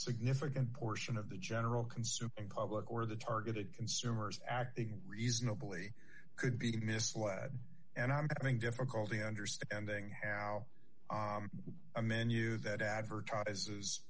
significant portion of the general consumer and public where the targeted consumers acting reasonably could be misled and i think difficulty understanding how a menu that advertises